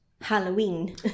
halloween